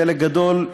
בחלק גדול,